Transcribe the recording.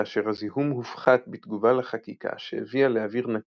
כאשר הזיהום הופחת בתגובה לחקיקה שהביאה לאוויר נקי,